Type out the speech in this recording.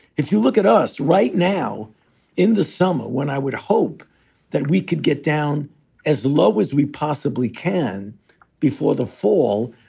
if you look at us right now in the summer when i would hope that we could get down as low as we possibly can before the fall,